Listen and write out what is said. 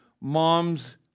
Mom's